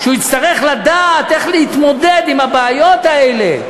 הוא יצטרך לדעת איך להתמודד עם הבעיות האלה,